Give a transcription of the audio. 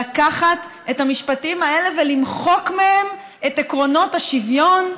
לקחת את המשפטים האלה ולמחוק מהם את עקרונות השוויון,